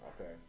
okay